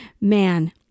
Man